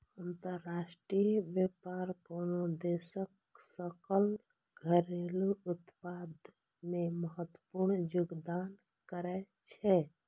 अंतरराष्ट्रीय व्यापार कोनो देशक सकल घरेलू उत्पाद मे महत्वपूर्ण योगदान करै छै